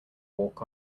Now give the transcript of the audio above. walk